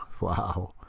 Wow